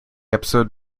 episode